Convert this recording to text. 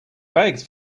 bags